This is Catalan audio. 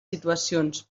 situacions